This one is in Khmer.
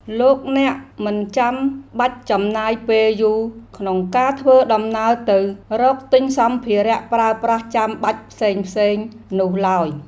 លោកអ្នកមិនចាំបាច់ចំណាយពេលយូរក្នុងការធ្វើដំណើរទៅរកទិញសម្ភារៈប្រើប្រាស់ចាំបាច់ផ្សេងៗនោះឡើយ។